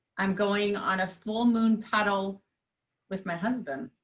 i'm going on a full moon paddle with my husband.